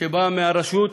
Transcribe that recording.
שבאה מהרשות.